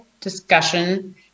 discussion